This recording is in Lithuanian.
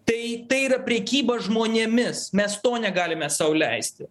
tai tai yra prekyba žmonėmis mes to negalime sau leisti